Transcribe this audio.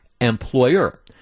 Employer